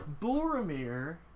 Boromir